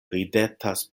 ridetas